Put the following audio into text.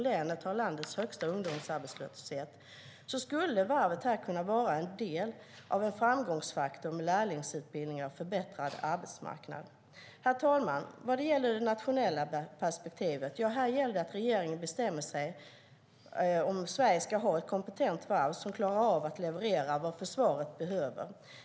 Länet har landets högsta ungdomsarbetslöshet. Varvet skulle kunna vara en del av en framgångsfaktor med lärlingsutbildningar och en förbättrad arbetsmarknad. Herr talman! Vad gäller det nationella perspektivet måste regeringen bestämma sig för om Sverige ska ha ett kompetent varv som klarar av att leverera vad försvaret behöver.